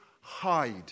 hide